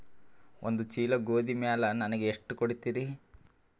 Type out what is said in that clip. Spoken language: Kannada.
ಒಂದ ಚೀಲ ಗೋಧಿ ಮ್ಯಾಲ ನನಗ ಎಷ್ಟ ಕೊಡತೀರಿ?